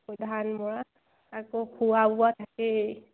সেই ধান মৰাত আকৌ খোৱা বোৱা থাকেই